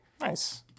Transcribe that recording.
Nice